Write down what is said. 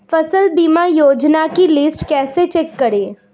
फसल बीमा योजना की लिस्ट कैसे चेक करें?